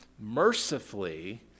mercifully